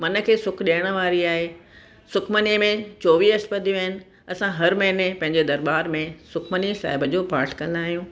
मन खे सुख ॾियणु वारी आहे सुखमनी में चोवीह अष्टपदियूं आहिनि असां हर महिने पंहिंजे दरबार में सुखमनी साहिब जो पाठ कंदा आहियूं